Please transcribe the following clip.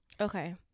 okay